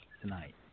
tonight